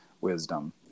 wisdom